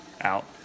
out